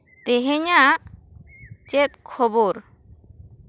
ᱛᱮᱦᱮᱧᱟᱜ ᱪᱮᱫ ᱠᱷᱚᱵᱚᱨ